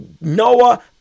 Noah